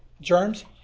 germs